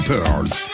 Pearls